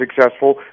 successful